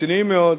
רציניים מאוד,